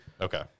Okay